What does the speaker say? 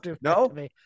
no